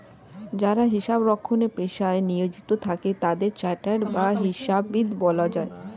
যারা হিসাব রক্ষণের পেশায় নিয়োজিত থাকে তাদের চার্টার্ড হিসাববিদ বলা হয়